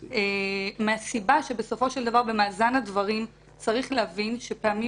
מהסיבה שבסופו של דבר במאזן הדברים צריך להבין שבפעמים